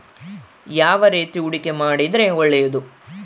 ಯಾವ ರೇತಿ ಹೂಡಿಕೆ ಮಾಡಿದ್ರೆ ಒಳ್ಳೆಯದು?